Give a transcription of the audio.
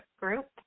group